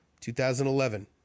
2011